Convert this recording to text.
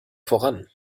voran